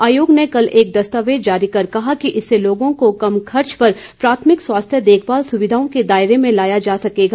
आयोग ने कल एक दस्तावेज जारी कर कहा कि इससे लोगों को कम खर्च पर प्राथमिक स्वास्थ्य देखभाल सुविधाओं के दायरे में लाया जा सकेगा